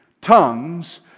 tongues